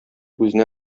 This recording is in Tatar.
үзенә